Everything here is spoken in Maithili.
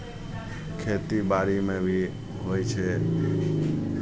खेतीबाड़ीमे भी होइ छै